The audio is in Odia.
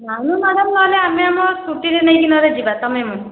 ନାଇଁମ ନହେଲେ ଆମେ ଆମ ସ୍କୁଟିରେ ନେଇକି ନହେଲେ ଯିବା ତୁମେ ମୁଁ